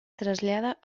trasllada